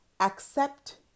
accept